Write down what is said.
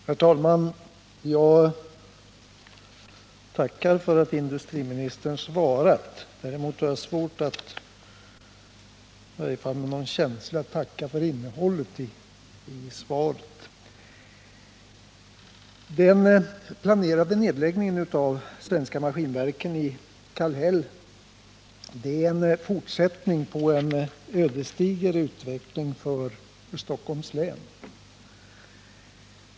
Herr talman! Jag tackar för att industriministern svarat på min fråga. Däremot har jag svårt för att, i varje fall med någon känsla, tacka för innehållet i svaret. Den planerade nedläggningen av AB Svenska Maskinverken i Kallhäll är en fortsättning på en ödesdiger utveckling för Stockholms län.